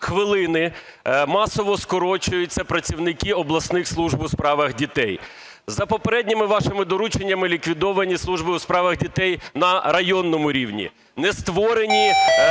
хвилин масово скорочуються працівники обласних служб у справах дітей. За попередніми вашими дорученнями ліквідовані служби у справах дітей на районному рівні. Не створені